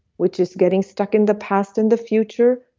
which is getting stuck in the past and the future,